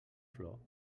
flor